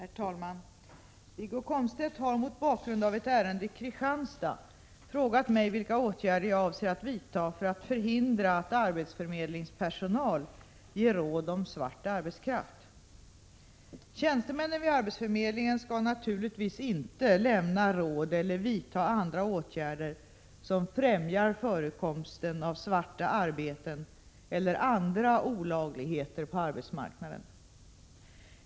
Herr talman! Wiggo Komstedt har mot bakgrund av ett ärende i Kristianstad frågat mig vilka åtgärder jag avser att vidta för att förhindra att arbetsförmedlingspersonal ger råd om ”svart” arbetskraft. Tjänstemännen vid arbetsförmedlingen skall naturligtvis inte lämna råd eller vidta andra åtgärder som främjar förekomsten av ”svarta” arbeten eller andra olagligheter på arbetsmarknaden.